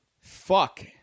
Fuck